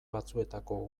batzuetako